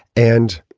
and